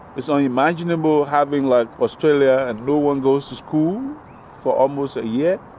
it's unimaginable having like australia and no one goes to school for almost a year.